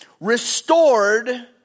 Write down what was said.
restored